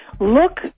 Look